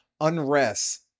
unrest